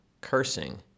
cursing